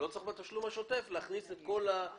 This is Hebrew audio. אבל לא צריך בתשלום השוטף להכניס את הכול בפנים.